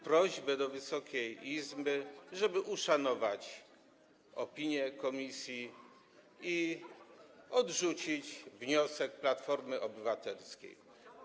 prośbę do Wysokiej Izby, żeby uszanować opinię komisji i odrzucić wniosek Platformy Obywatelskiej.